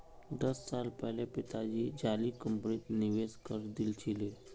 दस साल पहले पिताजी जाली कंपनीत निवेश करे दिल छिले